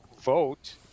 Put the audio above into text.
vote